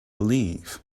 leave